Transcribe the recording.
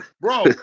bro